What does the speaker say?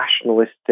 nationalistic